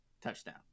touchdown